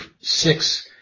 six